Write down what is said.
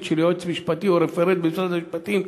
של יועץ משפטי או רפרנט במשרד המשפטים,